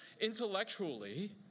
intellectually